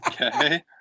Okay